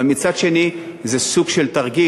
אבל מצד שני זה סוג של תרגיל.